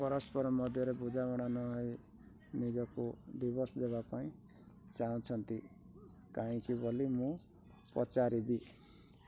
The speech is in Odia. ପରସ୍ପର ମଧ୍ୟରେ ବୁଝାମଣା ନ ହୋଇ ନିଜକୁ ଡିଭର୍ସ ଦେବା ପାଇଁ ଚାହୁଁଛନ୍ତି କାହିଁକି ବୋଲି ମୁଁ ପଚାରିବି